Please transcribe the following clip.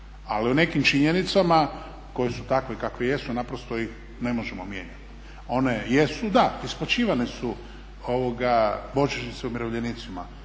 Ali o nekim činjenicama koje su takve kakve jesu naprosto ih ne možemo mijenjati. One jesu, da isplaćivane su božićnice umirovljenicima